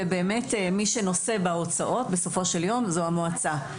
ובאמת, מי שנושא בהוצאות בסופו של יום זו המועצה.